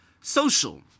social